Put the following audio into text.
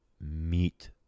meet